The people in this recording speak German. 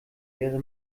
wäre